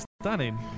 stunning